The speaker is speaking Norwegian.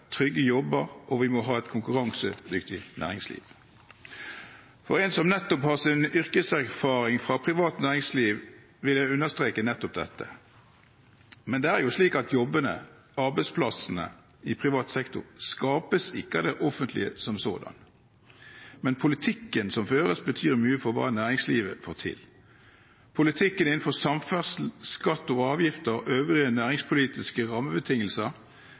trygge jobber, og vi må ha et konkurransedyktig næringsliv. Som en som har sin yrkeserfaring fra privat næringsliv, vil jeg understreke nettopp dette. Jobbene, arbeidsplassene, i privat sektor skapes ikke av det offentlige som sådant, men politikken som føres, betyr mye for hva næringslivet får til. Politikken innenfor samferdsel, skatter og avgifter og øvrige næringspolitiske rammebetingelser